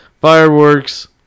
Fireworks